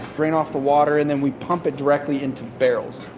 drain off the water, and then we pump it directly into barrels.